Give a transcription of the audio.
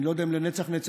אני לא יודע אם לנצח נצחים,